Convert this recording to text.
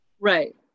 Right